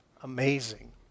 amazing